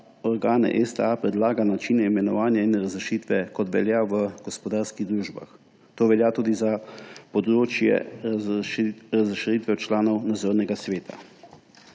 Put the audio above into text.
organe STA predlaga način imenovanja in razrešitve, kot velja v gospodarskih družbah. To velja tudi za področje razrešitve članov Nadzornega sveta.